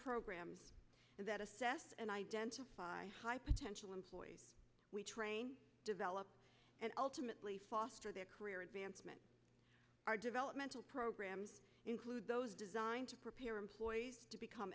programs that assess and identify high potential employees we train develop and ultimately foster their career advancement our developmental programs include those designed to prepare employees to become